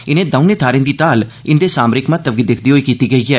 इनें दौनें थाहरें दी ताल इंदे सामरिक महत्व गी दिक्खदे होई कीती गेई ऐ